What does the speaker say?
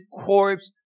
corpse